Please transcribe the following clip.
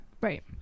right